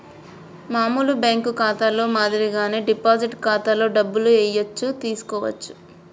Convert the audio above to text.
మామూలు బ్యేంకు ఖాతాలో మాదిరిగానే డిపాజిట్ ఖాతాలో డబ్బులు ఏయచ్చు తీసుకోవచ్చు